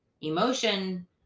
emotion